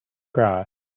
grass